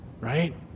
Right